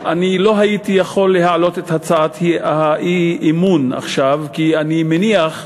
אני לא הייתי יכול להעלות את הצעת האי-אמון עכשיו כי אני מניח,